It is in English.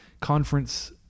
Conference